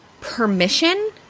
permission